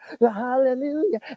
hallelujah